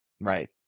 Right